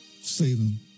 Satan